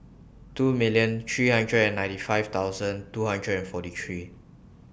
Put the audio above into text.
two millions three hundred and ninety five thousands two hundred and forty three